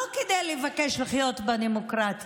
לא כדי לבקש לחיות בדמוקרטיה,